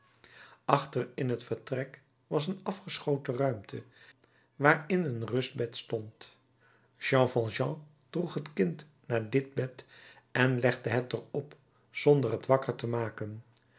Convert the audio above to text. achter in t vertrek was een afgeschoten ruimte waarin een rustbed stond jean valjean droeg het kind naar dit bed en legde het er op zonder het wakker te maken